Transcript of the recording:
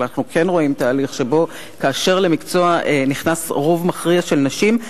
אנחנו כן רואים תהליך שבו כאשר למקצוע נכנס רוב מכריע של נשים,